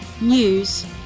news